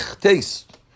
taste